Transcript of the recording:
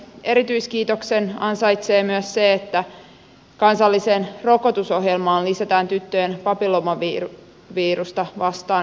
erityiskiitoksen ansaitsee myös se että kansalliseen rokotusohjelmaan lisätään tyttöjen papilloomavirusta vastaan rokote